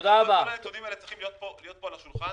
כל הנתונים האלה צריכים להיות כאן על השולחן.